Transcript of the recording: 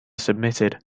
submitted